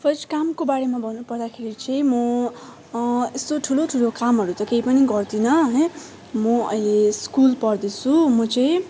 first कामको बारेमा भन्नु पर्दाखेरि चाहिँ म यस्तो ठुलो ठुलो कामहरू त केही पनि गर्दिनँ है म अहिले स्कुल पढ्दैछु म चाहिँ